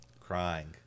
crying